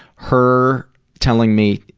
her telling me,